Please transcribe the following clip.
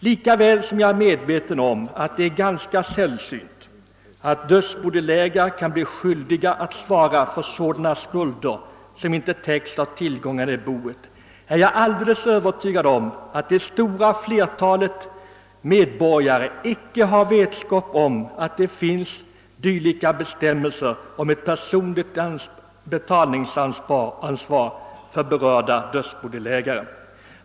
Lika väl som jag är medveten om att det är ganska sällsynt att dödsbodelägare blir skyldiga att svara för sådana skulder, som inte täcks av tillgångarna i boet, är jag alldeles övertygad om att det stora flertalet medborgare icke har vetskap om att det finns bestämmelser om ett personligt betalningsansvar för dödsbodelägare i sådana fall.